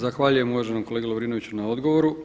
Zahvaljujem uvaženom kolegi Lovrinoviću na odgovoru.